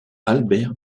albert